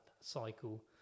cycle